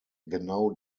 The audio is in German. genau